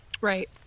right